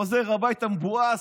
חוזר הביתה מבואס.